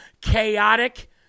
chaotic